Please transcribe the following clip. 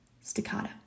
staccato